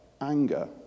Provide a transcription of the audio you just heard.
anger